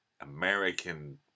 American